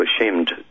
ashamed